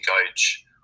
coach